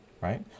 Right